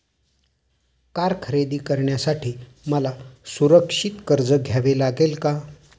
Car खरेदी करण्यासाठी मला सुरक्षित कर्ज घ्यावे लागेल का?